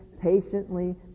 patiently